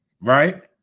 Right